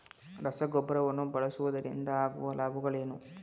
ರಸಗೊಬ್ಬರವನ್ನು ಬಳಸುವುದರಿಂದ ಆಗುವ ಲಾಭಗಳೇನು?